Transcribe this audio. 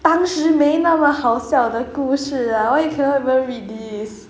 当时没那么好笑的故事 lah why you cannot even read this